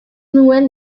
nuen